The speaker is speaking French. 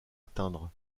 atteindre